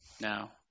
now